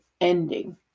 ending